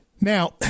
Now